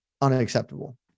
unacceptable